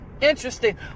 interesting